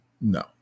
No